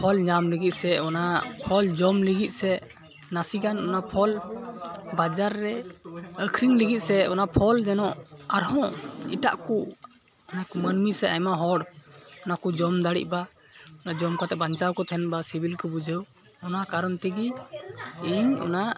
ᱯᱷᱚᱞ ᱧᱟᱢ ᱞᱟᱹᱜᱤᱫ ᱥᱮ ᱚᱱᱟ ᱯᱷᱚᱞ ᱡᱚᱢ ᱞᱟᱹᱜᱤᱫ ᱥᱮ ᱱᱟᱥᱮᱜᱟᱱ ᱚᱱᱟ ᱯᱷᱚᱞ ᱵᱟᱡᱟᱨ ᱨᱮ ᱟᱹᱠᱷᱨᱤᱧ ᱞᱟᱹᱜᱤᱫ ᱥᱮ ᱚᱱᱟ ᱯᱷᱚᱞ ᱡᱮᱱᱚ ᱟᱨᱦᱚᱸ ᱮᱴᱟᱜᱠᱚ ᱚᱱᱟᱠᱚ ᱢᱟᱹᱱᱢᱤ ᱥᱮ ᱟᱭᱢᱟ ᱦᱚᱲ ᱚᱱᱟᱠᱚ ᱡᱚᱢ ᱫᱟᱲᱮᱜ ᱵᱟ ᱚᱱᱟ ᱡᱚᱢ ᱠᱟᱛᱮᱫ ᱵᱟᱧᱪᱟᱣᱠᱚ ᱠᱚ ᱛᱮᱦᱮᱱ ᱵᱟ ᱥᱤᱵᱤᱞᱠᱚ ᱵᱤᱡᱷᱟᱹᱣ ᱚᱱᱟ ᱠᱟᱨᱚᱱ ᱛᱮᱜᱮ ᱤᱧ ᱚᱱᱟ